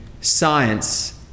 science